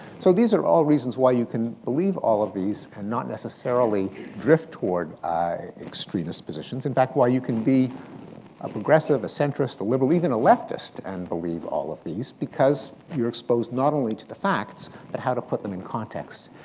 so these are all reasons why you can believe all of these and not necessarily drift toward extremist positions. in fact, why you can be a progressive, a centrist, a liberal, even a leftist, and believe all of these because you're exposed not only to the facts but how to put them in context.